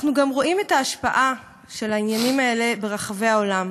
אנחנו גם רואים את ההשפעה של העניינים האלה ברחבי העולם.